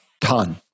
Ton